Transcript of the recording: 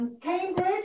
Cambridge